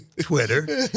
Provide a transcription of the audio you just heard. Twitter